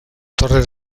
torre